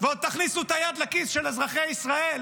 ועוד תכניסו את היד לכיס של אזרחי ישראל,